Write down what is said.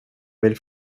vill